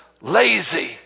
lazy